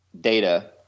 data